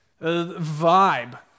vibe